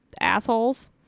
assholes